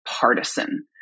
partisan